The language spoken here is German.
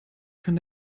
kann